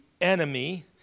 enemy